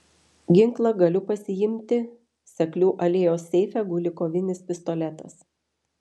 ginklą galiu pasiimti seklių alėjos seife guli kovinis pistoletas